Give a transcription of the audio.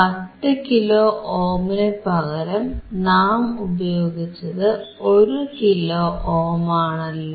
10 kilo ഓമിനു പകരം നാം ഉപയോഗിച്ചത് 1 കിലോ ഓം ആണല്ലോ